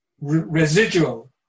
Residual